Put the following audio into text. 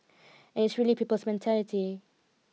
and it is really people's mentality